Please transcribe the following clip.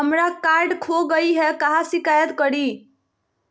हमरा कार्ड खो गई है, कहाँ शिकायत करी?